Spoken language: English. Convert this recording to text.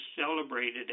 celebrated